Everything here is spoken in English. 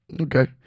Okay